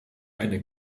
eine